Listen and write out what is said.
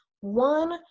One